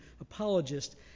apologist